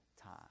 time